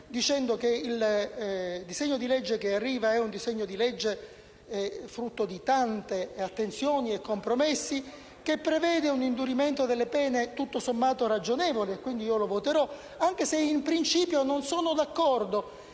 dicendo che il disegno di legge che arriva al nostro esame è frutto di tante attenzioni e tanti compromessi e prevede un indurimento delle pene tutto sommato ragionevole - e quindi lo voterò - anche se in principio non sono d'accordo